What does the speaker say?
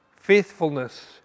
Faithfulness